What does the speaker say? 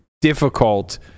difficult